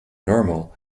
normal